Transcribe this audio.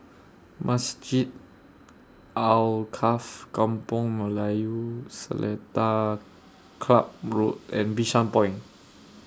Masjid Alkaff Kampung Melayu Seletar Club Road and Bishan Point